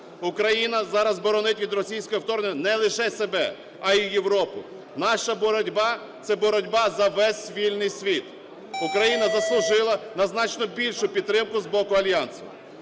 Україна зараз боронить від російського вторгнення не лише себе, а і Європу. Наша боротьба – це боротьба за весь вільний світ. Україна заслужила на значно більшу підтримку з боку Альянсу.